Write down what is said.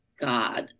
God